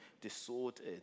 disordered